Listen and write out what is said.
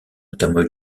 notamment